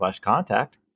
contact